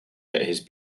that